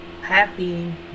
Happy